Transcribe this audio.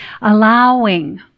allowing